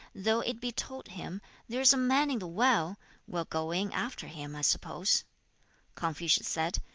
though it be told him there is a man in the well will go in after him, i suppose confucius said,